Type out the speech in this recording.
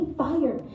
fire